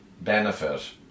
benefit